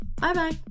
Bye-bye